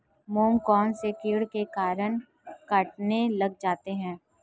मूंग कौनसे कीट के कारण कटने लग जाते हैं?